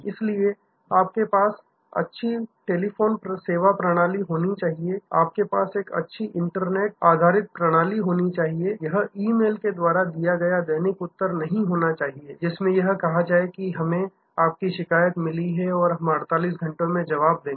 इसलिए आपके पास अच्छी टेलीफोन संपर्क प्रणाली होनी चाहिए आपके पास एक अच्छी इंटरनेट वेब आधारित प्रणाली होनी चाहिए यह ईमेल के द्वारा दिया गया दैनिक उत्तर नहीं होना चाहिए जिसमें यह कहा जाए कि हमें आपकी शिकायत मिली है और हम 48 घंटों में जवाब देंगे